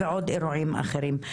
ועוד אירועים אחרים.